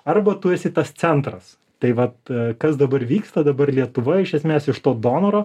arba tu esi tas centras tai vat kas dabar vyksta dabar lietuva iš esmės iš to donoro